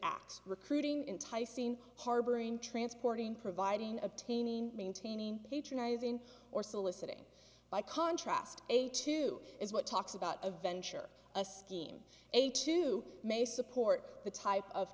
acts recruiting in thai scene harboring transporting providing obtaining maintaining patronizing or soliciting by contrast a two is what talks about a venture a scheme a two may support the type of